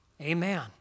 Amen